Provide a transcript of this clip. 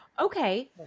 Okay